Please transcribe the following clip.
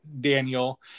Daniel